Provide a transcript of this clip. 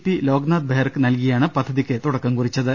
P Loknath ബെഹ്റക്ക് നൽകിയാണ് പദ്ധതിക്ക് തുടക്കം കുറിച്ചത്